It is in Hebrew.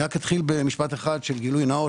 אני אתחיל במשפט אחד של גילוי נאות